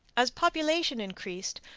as population increased,